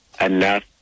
enough